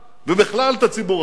ובכלל את הציבור החרדי,